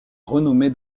renommée